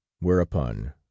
whereupon